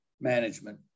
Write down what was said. management